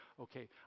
okay